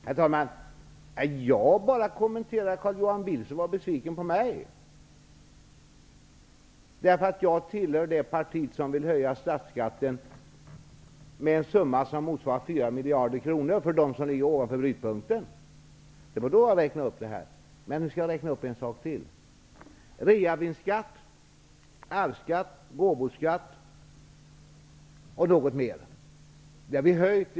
Herr talman! Jag bara kommenterar att Carl-Johan Wilson var besviken på mig, därför att jag tillhör det parti som vill höja statsskatten med en summa som motsvarar 4 miljarder kronor för dem som ligger över brytpunkten. Det var då jag räknade upp detta. Jag skall emellertid räkna upp något annat. Reavinstskatt, arvsskatt, gåvoskatt och något mer har redan höjts.